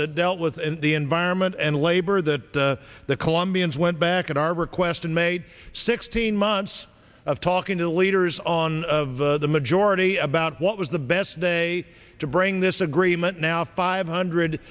that dealt with and the environment and labor that the colombians went back at our request and made sixteen months of talking to leaders on of the majority about what was the best day to bring this agreement now five hundred